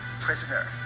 prisoner